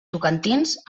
tocantins